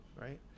right